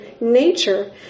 nature